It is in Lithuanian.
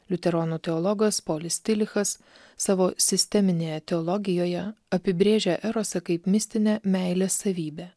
liuteronų teologas polis tilichas savo sisteminėje teologijoje apibrėžia erosą kaip mistinę meilės savybę